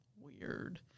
weird